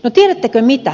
no tiedättekö mitä